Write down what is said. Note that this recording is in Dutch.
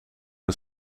een